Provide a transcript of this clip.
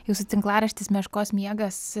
jūsų tinklaraštis meškos miegas